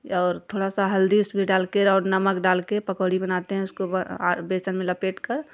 और थोड़ा सा हल्दी उसमें डालकर और नमक डालकर पकोड़ी बनाते हैं उसके बाद बेसन में लपेटकर